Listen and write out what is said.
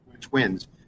Twins